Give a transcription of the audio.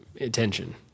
attention